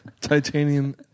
Titanium